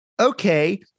Okay